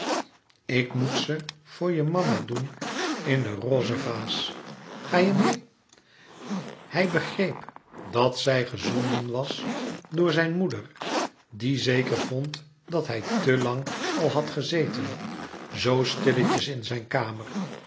ik moet ze voor je mama doen in de roze vaas ga je meê hij begreep dat zij gezonden was door zijn moeder die zeker vond dat hij te lang al had gezeten zoo stilletjes in zijn kamer